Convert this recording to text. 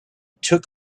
took